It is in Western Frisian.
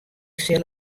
sil